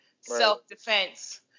self-defense